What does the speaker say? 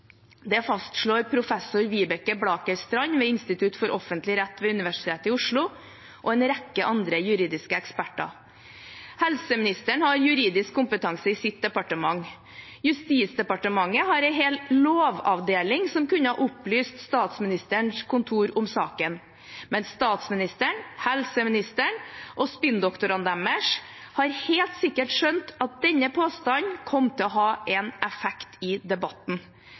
Det fastslår professor Vibeke Blaker Strand ved Institutt for offentlig rett ved Universitet i Oslo og en rekke andre juridiske eksperter. Helseministeren har juridisk kompetanse i sitt departement. Justisdepartementet har en hel lovavdeling som kunne opplyst Statsministerens kontor om saken, men statsministeren, helseministeren og spinndoktorene deres har helt sikkert skjønt at denne påstanden kom til å ha en effekt i debatten.